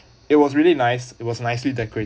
it was really nice it was nicely decorated